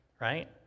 right